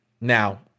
Now